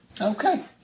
Okay